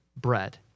bread